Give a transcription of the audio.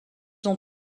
ont